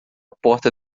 porta